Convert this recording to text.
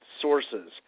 sources